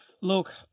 Look